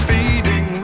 Feeding